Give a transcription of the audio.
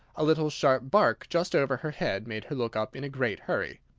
a little sharp bark just over her head made her look up in a great hurry.